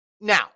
Now